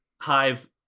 Hive